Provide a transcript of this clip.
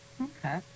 Okay